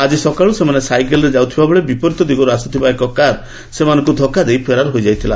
ଆଜି ସକାଳୁ ସେମାନେ ସାଇକେଲ୍ରେ ଯାଉଥିବା ବେଳେ ବିପରୀତ ଦିଗରୁ ଆସୁଥିବା ଏକ କାର ସେମାନଙ୍କୁ ଧକ୍କା ଦେଇ ଫେରାର ହୋଇଯାଇଥିଲା